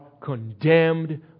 condemned